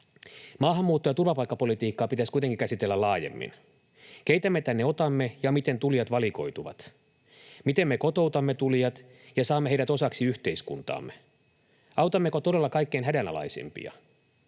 Maahanmuuttoa ja turvapaikkapolitiikkaa pitäisi kuitenkin käsitellä laajemmin. Keitä me tänne otamme ja miten tulijat valikoituvat? Miten me kotoutamme tulijat ja saamme heidät osaksi yhteiskuntaamme? Autammeko todella kaikkein hädänalaisimpia?